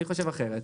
אני חושב אחרת.